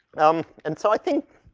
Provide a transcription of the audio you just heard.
um, and so i think